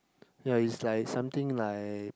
ya is like something like